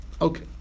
okay